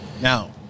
Now